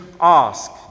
ask